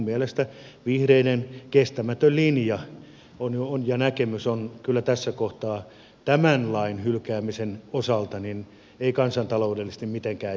minun mielestäni vihreiden linja ja näkemys on kyllä tässä kohtaa kestämätön tämän lain hylkäämisen osalta eikä kansantaloudellisesti mitenkään järkevää